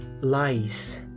lies